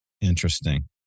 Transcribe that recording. Interesting